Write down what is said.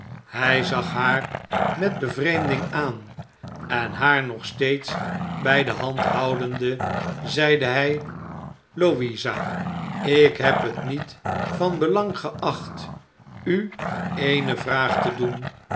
hij zag haar met bevreemding aan en haar nog steeds bij de hand houdende zeide hij louisa ik heb het niet van belang geacht u eene vraag te doen